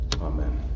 Amen